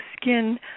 skin